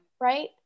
right